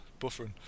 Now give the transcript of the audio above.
buffering